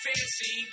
Fancy